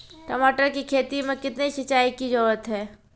टमाटर की खेती मे कितने सिंचाई की जरूरत हैं?